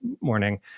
morning